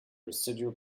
residual